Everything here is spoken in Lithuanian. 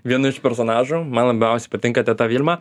vienu iš personažų man labiausiai patinka teta vilma